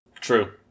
True